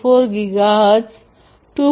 484 gigahertz 2